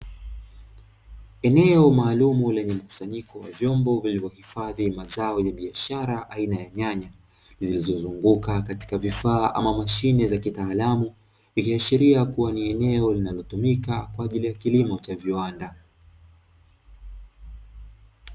Eneo maalumu lenye mkusanyiko wa vyombo vilivyohifadhi mazao ya biashara aina ya nyanya, zilizozunguka katika vifaa ama mashine za kitaalamu, ikiashiria kuwa ni eneo linalotumika kwaajili ya kilimo cha viwanda.